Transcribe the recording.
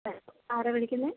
ആരാണ് വിളിക്കുന്നത്